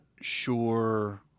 sure